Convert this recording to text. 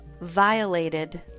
violated